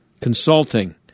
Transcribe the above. Consulting